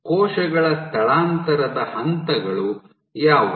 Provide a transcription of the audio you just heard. ಕೋಶಗಳ ಸ್ಥಳಾಂತರದ ಹಂತಗಳು ಯಾವುವು